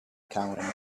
counting